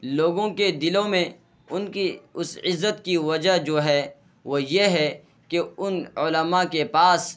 لوگوں کے دلوں میں ان کی اس عزت کی وجہ جو ہے وہ یہ ہے کہ ان علما کے پاس